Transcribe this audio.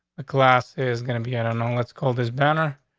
class is gonna be in a and long let's call this banner,